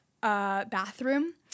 bathroom